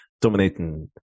dominating